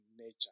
nature